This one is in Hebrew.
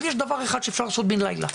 אבל יש דבר אחד שאפשר לעשות בין לילה,